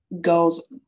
goes